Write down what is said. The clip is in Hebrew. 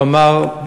הוא אמר: